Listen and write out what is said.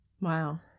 Wow